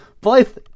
Blythe